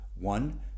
One